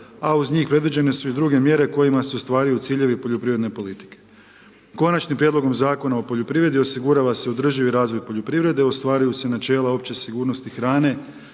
a uz njih predviđene su i druge mjere kojima se ostvaruju ciljevi poljoprivredne politike. Konačnim prijedlogom Zakona o poljoprivredi osigurava se održivi razvoj poljoprivrede, ostvaruju se načela opće sigurnosti hrane